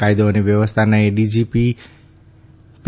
કાયદો અને વ્યવસ્થાના એડીજી પી